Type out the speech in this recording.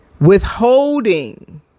withholding